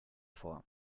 vor